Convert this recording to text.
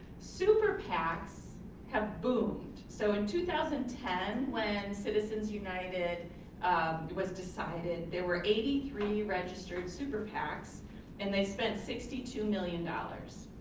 super pacs have boomed. so in two thousand and ten when citizens united was decided, there were eighty three registered super pacs and they spent sixty two million dollars.